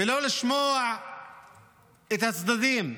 ולא לשמוע את הצדדים,